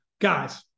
guys